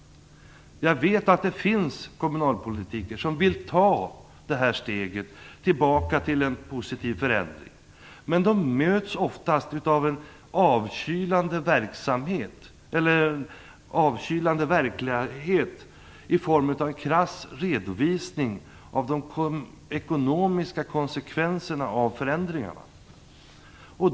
Jag vet att det finns kommunalpolitiker som vill ta steget tillbaka till en positiv förändring. Men de möts oftast av en avkylande verklighet i form av en krass redovisning av de ekonomiska konsekvenserna av förändringarna.